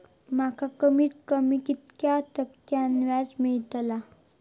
माका कमीत कमी कितक्या टक्क्यान व्याज मेलतला?